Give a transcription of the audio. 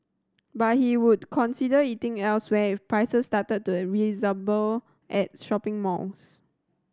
but he would consider eating elsewhere if prices started to resemble at shopping malls